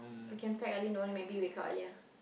we can pack early know maybe wake up earlier